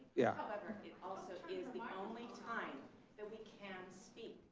yeah. however, it also is the only time that we can speak.